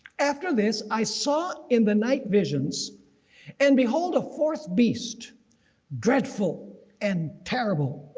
after this i saw in the night visions and behold a fourth beast dreadful and terrible.